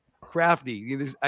crafty